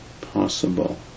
possible